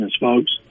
folks